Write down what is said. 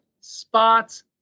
spots